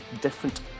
different